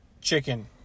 Chicken